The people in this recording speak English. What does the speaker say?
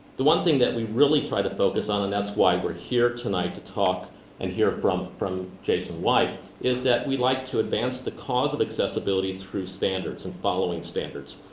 the one thing that we really try to focus on, and that's why we're here tonight to talk and hear from from jason white is that we like to advance the cause of accessibility through standards and following standards.